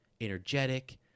energetic